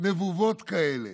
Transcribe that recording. נבובות כאלה.